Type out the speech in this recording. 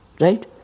right